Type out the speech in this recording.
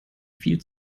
viel